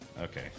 Okay